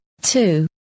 two